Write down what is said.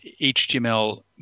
HTML